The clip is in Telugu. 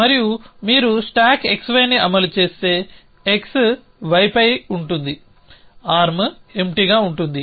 మరియు మీరు స్టాక్ xyని అమలు చేస్తే x y పై ఉంటుంది ఆర్మ్ ఎంప్టీగా ఉంటుంది